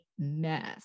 Mess